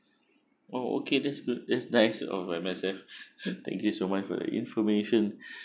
oh okay that's good that's nice of M_S_F thank you so much for your information